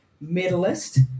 medalist